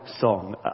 song